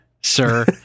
sir